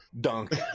dunk